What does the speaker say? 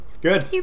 Good